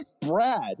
Brad